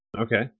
Okay